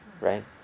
right